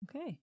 Okay